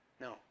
No